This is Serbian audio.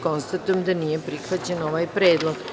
Konstatujem da nije prihvaćen ovaj predlog.